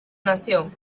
nación